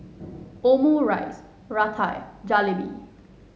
Omurice Raita and Jalebi